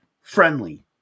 Friendly